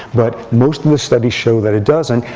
but most of the studies show that it doesn't.